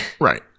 Right